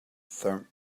thummim